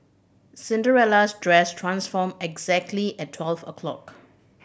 Cinderella's dress transformed exactly at twelve o'clock